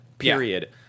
period